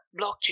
Blockchain